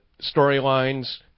storylines